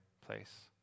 place